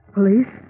Police